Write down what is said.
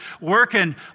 working